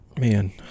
man